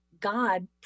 God